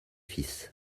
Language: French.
fils